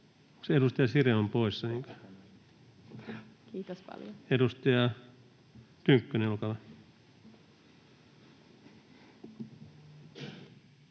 Edustaja Sirén on poissa, niinkö? — Edustaja Tynkkynen, olkaa hyvä.